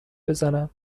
بزنم